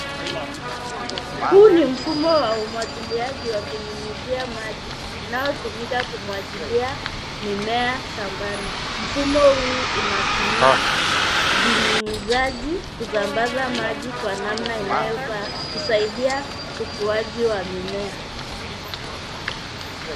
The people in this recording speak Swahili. Huu ni mfumo wa umwagiliaji wa kunyunyizia maji, unaotumika kumwagilia mimea shambani. Mfumo huu unatumia vinyunyuzaji kusambaza maji kwa namna inayofaa kusaidia ukuaji wa mimea.